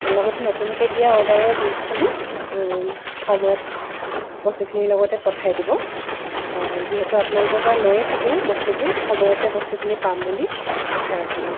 লগতে নতুনকৈ দিয়া অৰ্ডাৰৰ বিলখনো সময়ত বস্তুখিনিৰ লগতে পঠাই দিব যিহেতু আপোনালোকৰ পৰা লৈয়ে থাকোঁ বস্তুবোৰ সময়তে বস্তুখিনি পাম বুলি আশা ৰাখিলোঁ